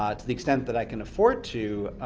um to the extent that i can afford to,